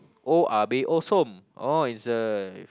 oya-beh-ya-som orh it's the